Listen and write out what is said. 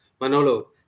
Manolo